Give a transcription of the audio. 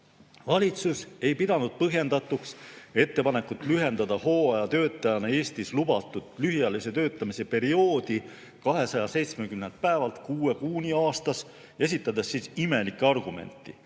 Valitsus ei pidanud põhjendatuks ettepanekut lühendada hooajatöötajana Eestis lubatud lühiajalise töötamise perioodi 270 päevalt kuue kuuni aastas. Esitati imelikke argumente.